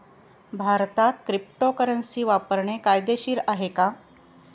भारतात क्रिप्टोकरन्सी वापरणे कायदेशीर आहे का?